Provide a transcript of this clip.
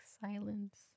silence